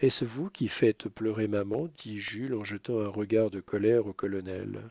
est-ce vous qui faites pleurer maman dit jules en jetant un regard de colère au colonel